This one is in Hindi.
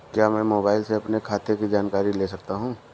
क्या मैं मोबाइल से अपने खाते की जानकारी ले सकता हूँ?